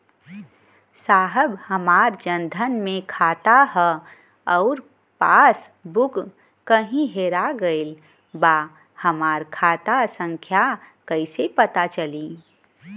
साहब हमार जन धन मे खाता ह अउर पास बुक कहीं हेरा गईल बा हमार खाता संख्या कईसे पता चली?